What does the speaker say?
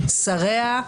שריה,